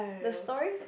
the story